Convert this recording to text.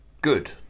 Good